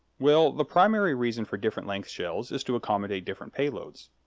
well, the primary reason for different-length shells is to accommodate different payloads.